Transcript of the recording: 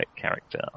character